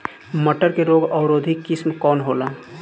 मटर के रोग अवरोधी किस्म कौन होला?